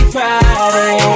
Friday